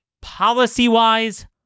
policy-wise